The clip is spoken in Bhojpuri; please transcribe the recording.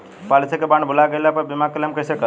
पॉलिसी के बॉन्ड भुला गैला पर बीमा क्लेम कईसे करम?